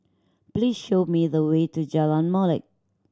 please show me the way to Jalan Molek